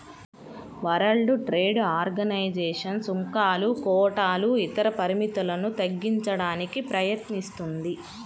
world trade organisation సుంకాలు, కోటాలు ఇతర పరిమితులను తగ్గించడానికి ప్రయత్నిస్తుంది